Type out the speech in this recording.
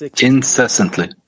incessantly